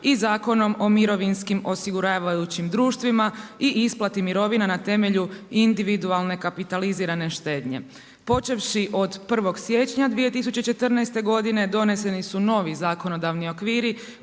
i Zakonom o mirovinskim osiguravajućim društvima i isplati mirovina na temelju individualne kapitalizirane štednje počevši od 1. siječnja 2014. godine doneseni su novi zakonodavni okviri